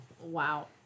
Wow